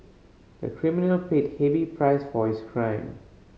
the criminal paid heavy price for his crime